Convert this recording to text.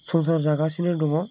संसार जागासिनो दङ